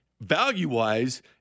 value-wise